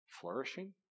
flourishing